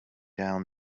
down